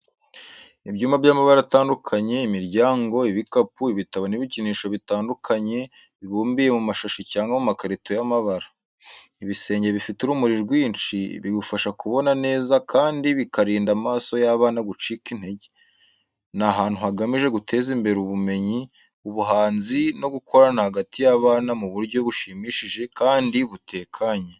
Ibyumba by’amabara atandukanye, imiryango, ibikapu, ibitabo n’ibikinisho bitandukanye bibumbiye mu mashashi cyangwa mu makarito y’amabara. Ibisenge bifite urumuri rwinshi, bigufasha kubona neza kandi bikarinda amaso y’abana gucika intege. Ni ahantu hagamije guteza imbere ubumenyi, ubuhanzi, no gukorana hagati y’abana mu buryo bushimishije kandi butekanye.